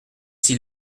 s’il